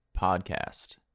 Podcast